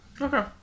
okay